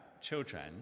children